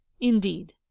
Indeed